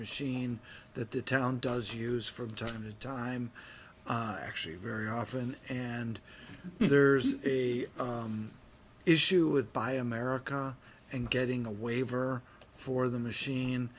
machine that the town does use from time to time actually very often and there's a issue with buy america and getting a waiver for the machine